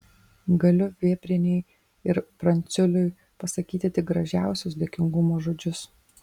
galiu vėbrienei ir pranciuliui pasakyti tik gražiausius dėkingumo žodžius